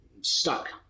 stuck